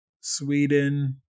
Sweden